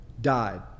died